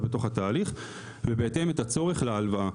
בתוך התהליך ובהתאם את הצורך להלוואה.